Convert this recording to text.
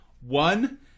One